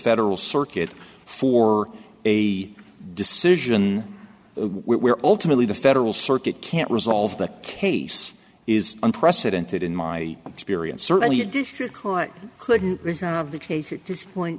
federal circuit for a decision where alternately the federal circuit can't resolve the case is unprecedented in my experience certainly a district court couldn't have the case at this point